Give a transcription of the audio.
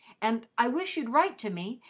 and i wish you'd write to me,